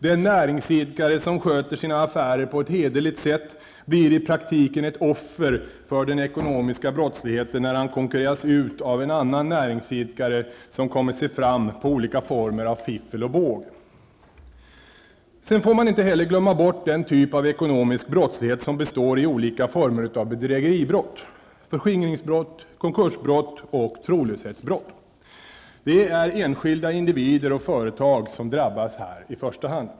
Den näringsidkare som sköter sina affärer på ett hederligt sätt blir i praktiken ett offer för den ekonomiska brottsligheten när han konkurreras ut av en annan näringsidkare som kommit sig fram genom olika former av fiffel och båg. Man får inte heller glömma bort den typ av ekonomisk brottslighet som består i olika former av bedrägeribrott, förskingringsbrott, konkursbrott och trolöshetsbrott. I dessa fall drabbas enskilda individer och företag i första hand.